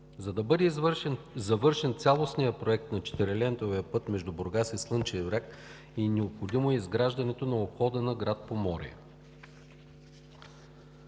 За да бъде завършен цялостният проект на четирилентовия път между Бургас и Слънчев бряг, е необходимо изграждането на обхода на град Поморие,